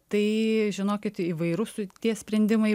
tai žinokit įvairūs tie sprendimai